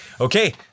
Okay